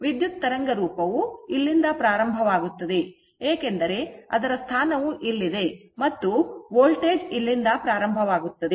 ವಿದ್ಯುತ್ ತರಂಗರೂಪವು ಇಲ್ಲಿಂದ ಪ್ರಾರಂಭವಾಗುತ್ತದೆ ಏಕೆಂದರೆ ಅದರ ಸ್ಥಾನವು ಇಲ್ಲಿದೆ ಮತ್ತು ವೋಲ್ಟೇಜ್ ಇಲ್ಲಿಂದ ಪ್ರಾರಂಭವಾಗುತ್ತದೆ